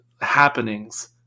happenings